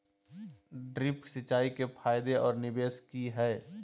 Drip सिंचाई के फायदे और निवेस कि हैय?